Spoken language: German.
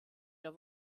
der